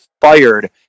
fired